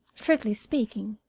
strictly speaking.